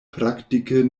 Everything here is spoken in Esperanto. praktike